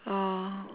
oh